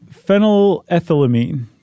phenylethylamine